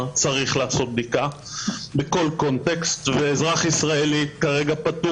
צריך לעשות בדיקה בכל קונטקסט ואזרח ישראלי כרגע פטור